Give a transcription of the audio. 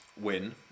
win